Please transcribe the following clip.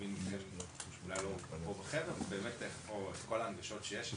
להבין איפה כל ההנגשות שיש,